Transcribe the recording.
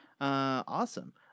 awesome